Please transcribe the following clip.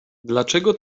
dlaczego